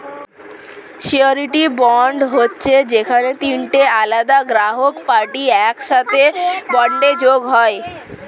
surety bond হচ্ছে যেখানে তিনটে আলাদা গ্রাহক পার্টি একসাথে বন্ডে যোগ হয়